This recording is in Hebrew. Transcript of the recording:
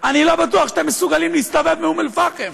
אני לא בטוח שאתם מסוגלים להסתובב באום אל-פחם.